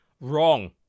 wrong